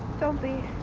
don't be.